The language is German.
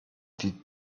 die